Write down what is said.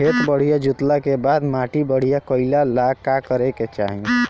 खेत जोतला के बाद माटी बढ़िया कइला ला का करे के चाही?